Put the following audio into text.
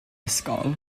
ysgol